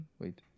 wait